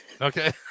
Okay